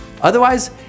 Otherwise